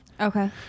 Okay